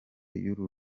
y’uru